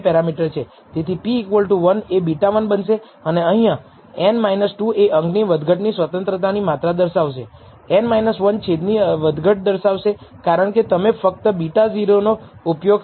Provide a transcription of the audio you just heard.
પરંતુ જો કે આપણે ખરેખર આગળ વધ્યા અને એક ઇન્ટસેપ્ટ ટર્મ ફીટ કરી પરંતુ પૂર્વધારણા માટેના પરીક્ષણો કહે છે કે તમે સુરક્ષિત રીતે ધારણ કરી શકો છો કે β0 ઇન્ટરસેપ્ટ 0 છે તે શારીરિક અર્થમાં પણ છે અને આપણે ફક્ત β1 ફીટ કરી શકીએ છીએ જે ડેટા માટે સારી રીતે પૂરતું છે